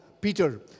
Peter